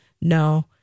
No